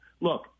Look